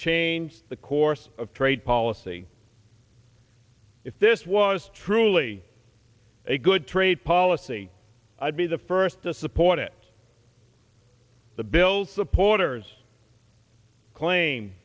change the course of trade policy if this was truly a good trade policy i'd be the first to support it the bill's supporters claim